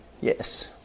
Yes